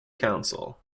council